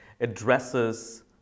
addresses